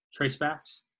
tracebacks